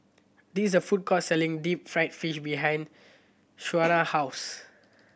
this the food court selling deep fried fish behind Shona house